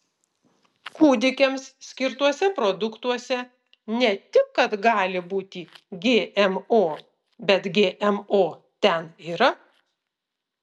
kūdikiams skirtuose produktuose ne tik kad gali būti gmo bet gmo ten yra